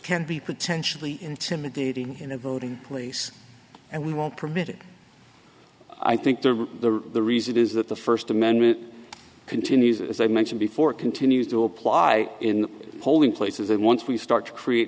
can be potentially intimidating in a voting place and we won't permit it i think the reason is that the first amendment continues as i mentioned before it continues to apply in polling places and once we start to create